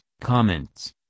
comments